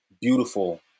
beautiful